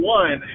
one